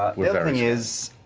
the other thing is,